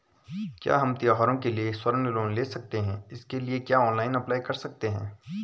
क्या हम त्यौहारों के लिए स्वर्ण लोन ले सकते हैं इसके लिए क्या ऑनलाइन अप्लाई कर सकते हैं?